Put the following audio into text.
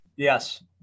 Yes